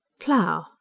plough?